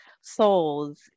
souls